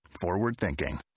Forward-thinking